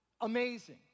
amazing